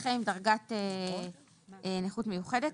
נכה עם דרגת נכות מיוחדת.